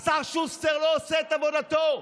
השר שוסטר לא עושה את עבודתו.